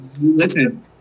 listen